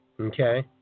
Okay